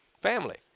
family